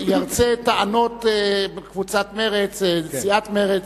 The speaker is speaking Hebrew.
ירצה את טענות קבוצת מרצ, סיעת מרצ,